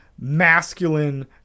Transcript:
masculine